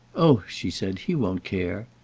oh, she said, he won't care!